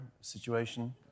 situation